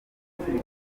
françois